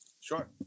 Sure